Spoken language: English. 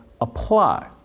apply